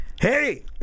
hey